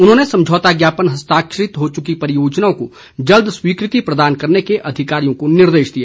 उन्होंने समझौता ज्ञापन हस्ताक्षरित हो चुकी परियोजनाओं को जल्द स्वीकृति प्रदान करने के अधिकारियों को निर्देश दिए